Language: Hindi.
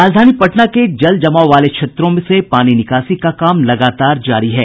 राजधानी पटना के जल जमाव वाले क्षेत्रों से पानी निकासी का काम लगातार जारी है